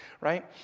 right